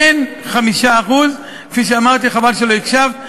אין 5%, כפי שאמרתי, וחבל שלא הקשבת.